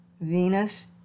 Venus